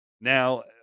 Now